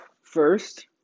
first